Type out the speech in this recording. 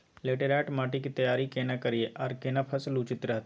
Laterite माटी की तैयारी केना करिए आर केना फसल उचित रहते?